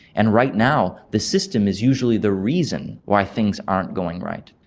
and right now the system is usually the reason why things aren't going right.